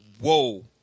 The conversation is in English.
whoa